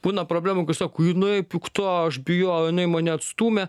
būna problemų kai sako jinai pikta aš bijojau jinai mane atstūmė